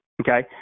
okay